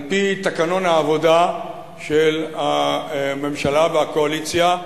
על-פי תקנון העבודה של הממשלה והקואליציה,